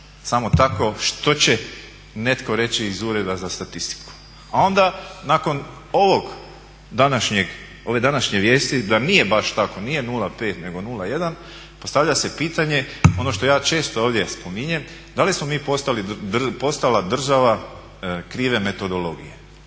samo tako što će netko reći iz Ureda za statistiku, a onda nakon ovog današnjeg, ove današnje vijesti da nije baš tako, nije 0,5 nego 0,1. Postavlja se pitanje ono što ja često ovdje spominjem, da li smo mi postali država krive metodologije.